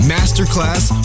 Masterclass